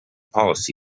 policy